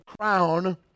crown